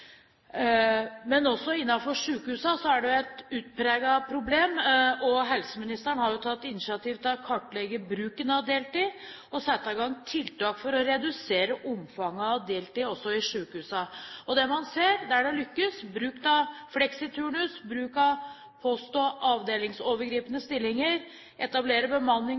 men også innenfor sykehusene er det et utpreget problem. Helseministeren har tatt initiativ til å kartlegge bruken av deltid og sette i gang tiltak for å redusere omfanget av deltid også i sykehusene. Det man ser der de har lyktes, er bruk av fleksiturnus, bruk av post- og avdelingsovergripende stillinger,